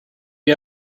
you